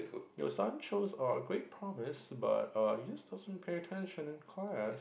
your son shows uh great promise but err he just doesn't pay attention in class